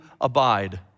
abide